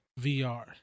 VR